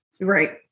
Right